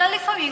אלא לפעמים,